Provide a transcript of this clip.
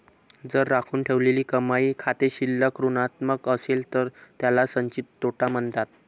जर राखून ठेवलेली कमाई खाते शिल्लक ऋणात्मक असेल तर त्याला संचित तोटा म्हणतात